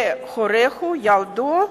הורהו, ילדו,